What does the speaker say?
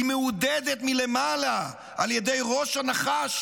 היא מעודדת מלמעלה על ידי ראש הנחש